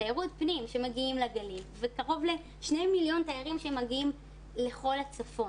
תיירות פנים שמגיעים לגליל וקרוב לשני מיליון תיירים שמגיעים לכל הצפון,